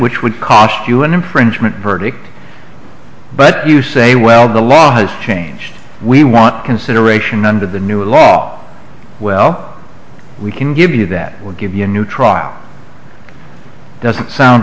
which would cost you an infringement verdict but you say well the law has changed we want consideration under the new law well we can give you that or give you a new trial it doesn't sound